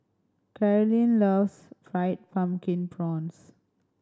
Carlyn loves Fried Pumpkin Prawns